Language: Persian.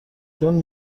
چون